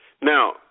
Now